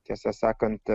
tiesą sakant